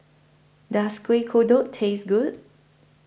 Does Kueh Kodok Taste Good